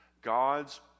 God's